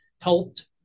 helped